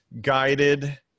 guided